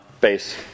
base